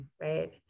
right